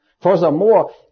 furthermore